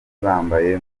bambaye